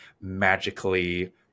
magically